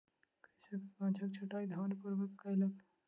कृषक गाछक छंटाई ध्यानपूर्वक कयलक